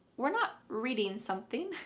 we're not reading something,